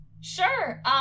sure